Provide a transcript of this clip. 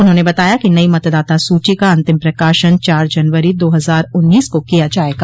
उन्होंने बताया कि नई मतदाता सूची का अंतिम प्रकाशन चार जनवरी दो हजार उन्नीस को किया जायेगा